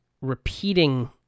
repeating